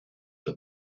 but